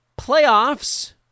playoffs